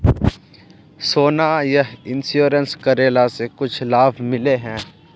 सोना यह इंश्योरेंस करेला से कुछ लाभ मिले है?